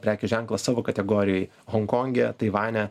prekių ženklą savo kategorijoj honkonge taivane